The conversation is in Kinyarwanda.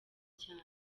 cyane